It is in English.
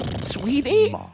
Sweetie